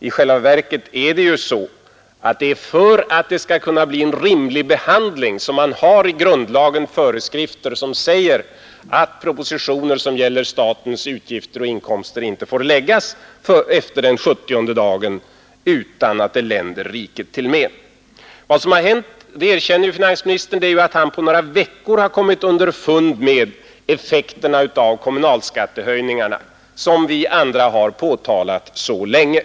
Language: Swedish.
I själva verket är det för att det skall kunna bli en rimlig behandling som man i grundlagen har föreskrifter, som säger att propositioner som gäller statens inkomster och utgifter inte får läggas efter den sjuttionde dagen från riksdagens öppnande om det inte länder riket till men. Finansministern erkänner att han på några veckor har kommit underfund med de effekter av kommunalskattehöjningarna som vi andra har påtalat så länge.